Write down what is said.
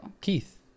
Keith